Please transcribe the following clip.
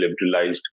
liberalized